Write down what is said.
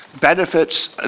benefits